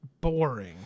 boring